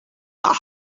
not